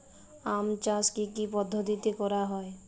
আম চাষ কি কি পদ্ধতিতে করা হয়?